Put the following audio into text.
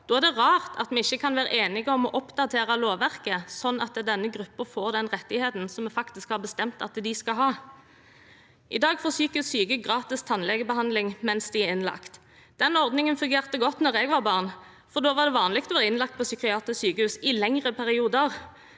Da er det rart at vi ikke kan være enige om å oppdatere lovverket, sånn at denne gruppen får den rettigheten som vi faktisk har bestemt at de skal ha. I dag får psykisk syke gratis tannlegebehandling mens de er innlagt. Den ordningen fungerte godt da jeg var barn, for da var det vanlig å være innlagt på psykiatrisk sykehus i lengre perioder.